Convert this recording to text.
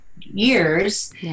years